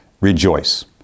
Rejoice